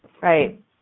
Right